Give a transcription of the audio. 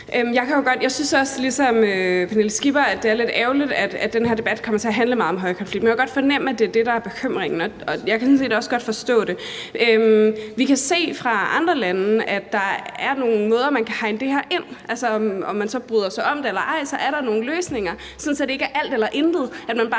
Skipper, at det er lidt ærgerligt, den her debat kommer til at handle meget om højkonflikter, men man kan godt fornemme, at det er det, der er bekymringen, og jeg kan sådan set også godt forstå det. Vi kan se fra andre lande, at der er nogle måder, man kan hegne det her ind på. Om man så bryder sig om det eller ej, er der nogle løsninger, sådan at det ikke er alt eller intet, altså at man bare